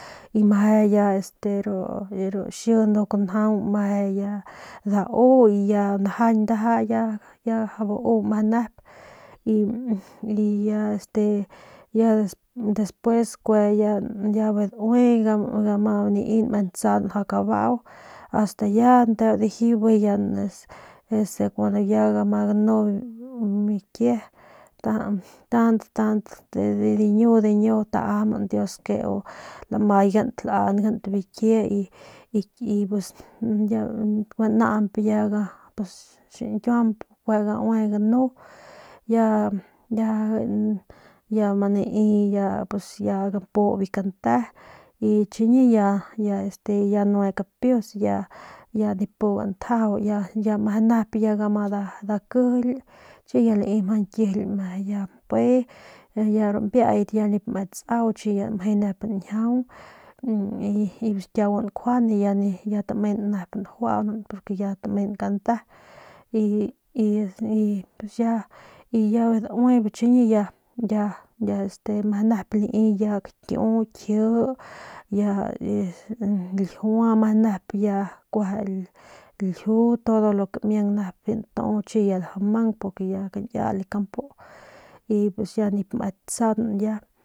Y ya ma ru xii ya meje dau y ya najañ meje mjau bau y ya este y ya despues gama mjau me ntsaun mjau kabau ast ya nteu dajiu ya este bijiy ya gama anu biu mikie tant tant diñu taajanban dius ke lamaigant laangant mikie y pus y naañ ya xiñkiuamp gaue ganu ya ya ya ma nai gampu biu kante y chiñi ya ya ya nue biu kapius ya nip pugan ntjajau ya meje nep ya gama dakijily ya lai mjau ñkijily ya biu mpe ru mbiayat ya nip me tsau y kiaugun nkjuande ya tamenan nep njuaunan y chiñi ya meje nep este y ya kakiu ljiua kji ver nep ya kueje ljiu kakiu chi ya mjau mang porque ya mjau kañkial biu kampu y chiñi de re ganu kuanma ya este chi ya ma chii ya matse ya gulejeng kue liedat kue nendat pudat ganjau pudat ntjee mebat nmaudat porque ya kue piudat mpian y ya kue mpian.